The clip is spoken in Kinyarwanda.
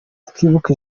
twibuke